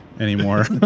anymore